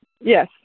Yes